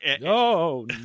no